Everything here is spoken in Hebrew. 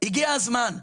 הגיע הזמן.